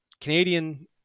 Canadian